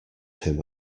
him